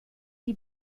die